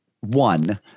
one